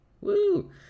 Woo